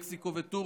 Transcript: מקסיקו וטורקיה.